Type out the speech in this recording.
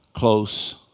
close